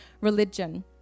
religion